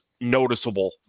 noticeable